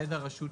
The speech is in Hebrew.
מקובל עלינו.